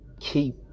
Keep